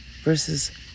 versus